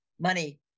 Money